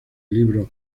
libros